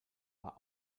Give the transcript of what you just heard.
war